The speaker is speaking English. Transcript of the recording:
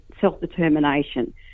self-determination